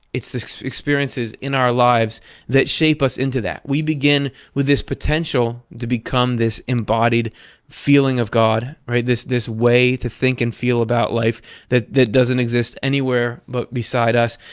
it's the experiences in our lives that shape us into that. we begin with this potential to become this embodied feeling of god, right, this this way to think and feel about life that that doesn't exist anywhere but beside us.